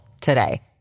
today